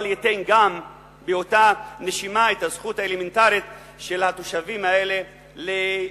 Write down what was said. אבל זה גם ייתן באותה נשימה את הזכות האלמנטרית של התושבים האלה לזוז,